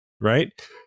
right